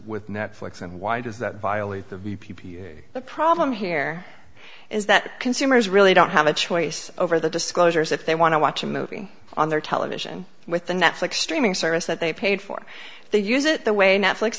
with netflix and why does that violate the v p the problem here is that consumers really don't have a choice over the disclosures if they want to watch a movie on their television with the netflix streaming service that they paid for they use it the way netfli